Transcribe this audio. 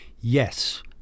Yes